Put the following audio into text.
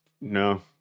no